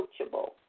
coachable